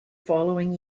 following